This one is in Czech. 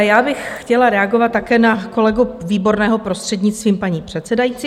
Také bych chtěla reagovat na kolegu Výborného, prostřednictvím paní předsedající.